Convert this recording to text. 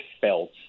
felt